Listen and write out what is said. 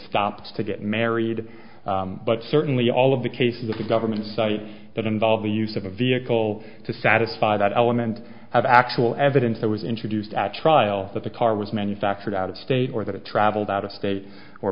stopped to get married but certainly all of the cases that the government cite that involve the use of a vehicle to satisfy that element have actual evidence that was introduced at trial that the car was manufactured out of state or that it traveled out of state or